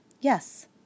Yes